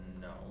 No